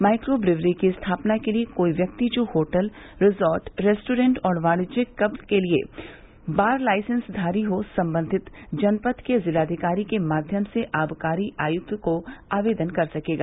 micro brewery की स्थापना के लिये कोई व्यक्ति जो होटल रिज़ार्ट रेस्टोरेन्ट और वाणिज्यिक क्लब के लिये बार लाइसेंसधारी हो संबंधित जनपद के जिलाधिकारी के माध्यम से आबकारी आयुक्त को आवेदन कर सकेगा